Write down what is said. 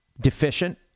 deficient